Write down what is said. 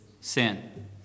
sin